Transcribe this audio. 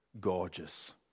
gorgeous